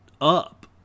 up